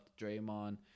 Draymond